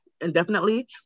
indefinitely